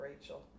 Rachel